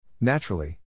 Naturally